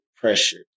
pressure